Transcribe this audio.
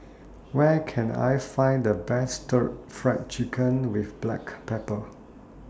Where Can I Find The Best Stir Fry Chicken with Black Pepper